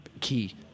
key